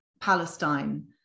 Palestine